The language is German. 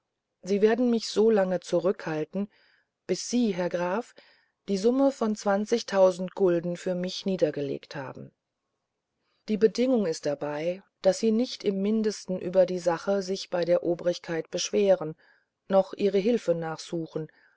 sie werden mich so lange zurückhalten bis sie herr graf die summe von zwanzigtausend gulden für mich niedergelegt haben die bedingung ist dabei daß sie nicht im mindesten über die sache sich bei der obrigkeit beschweren noch ihre hilfe nachsuchen